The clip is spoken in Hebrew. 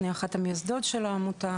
אני אחת המייסדות של העמותה.